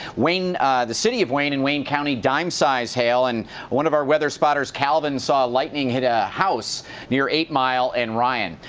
the city of wayne and wayne county, dime-size hail. and one of our weather spotters calvin saw lightning hit a house near eight mile and ryan.